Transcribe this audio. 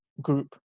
group